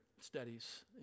studies